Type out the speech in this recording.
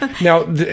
Now